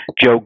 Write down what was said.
Joe